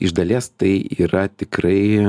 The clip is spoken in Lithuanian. iš dalies tai yra tikrai